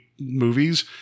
movies